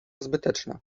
zbyteczna